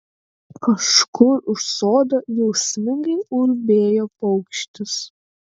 kažkur už sodo jausmingai ulbėjo paukštis